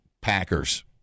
Packers